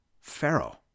Pharaoh